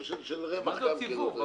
של רווח על- -- מה זה "עוד סיבוב"?